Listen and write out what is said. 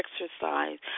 exercise